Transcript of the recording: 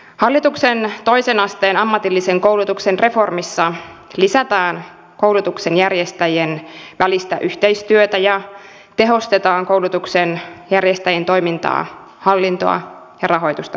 hallituksen toisen asteen ammatillisen koulutuksen reformissa lisätään koulutuksen järjestäjien välistä yhteistyötä ja tehostetaan koulutuksen järjestäjien toimintaa hallintoa ja rahoitusta uudistamalla